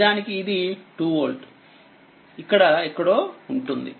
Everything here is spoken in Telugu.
నిజానికి ఇది 2 వోల్ట్ ఇక్కడ ఎక్కడో ఉంటుంది